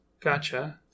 Gotcha